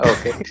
Okay